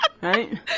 Right